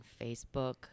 facebook